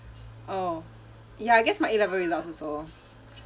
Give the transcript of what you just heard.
oh ya I guess my A level results also